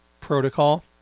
protocol